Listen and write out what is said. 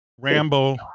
Rambo